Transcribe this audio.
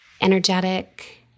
energetic